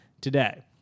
today